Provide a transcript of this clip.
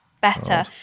better